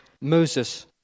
Moses